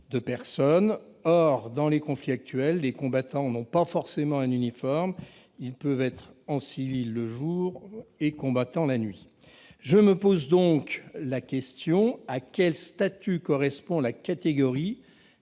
Or, dans les conflits actuels, les combattants ne portent pas forcément d'uniforme. Ils peuvent être en civil le jour, et combattants la nuit. Je me pose donc la question suivante : à quel statut correspond la catégorie